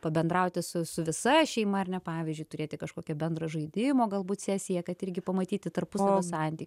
pabendrauti su su visa šeima ar ne pavyzdžiui turėti kažkokio bendro žaidimo galbūt sesiją kad irgi pamatyti tarpusavio santykius